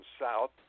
South